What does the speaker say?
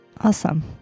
awesome